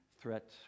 threat